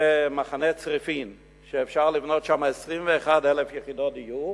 שמחנה צריפין, שאפשר לבנות שם 21,000 יחידות דיור,